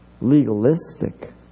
legalistic